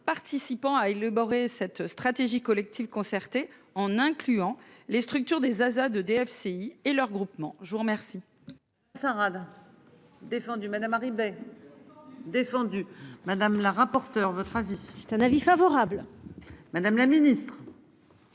participant à élaborer cette stratégie collective concertée en incluant les structures des Zaza DFCI et le regroupement. Je vous remercie.